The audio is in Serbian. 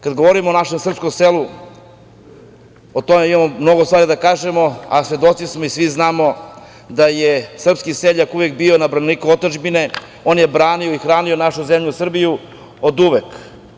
Kad govorimo o našem srpskom selu, o tome imamo mnogo stvari da kažemo, a svedoci smo i svi znamo da je srpski seljak uvek bio na braniku otadžbine, on je branio i hranio našu zemlju Srbiju oduvek.